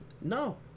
No